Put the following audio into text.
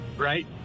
Right